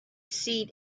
seat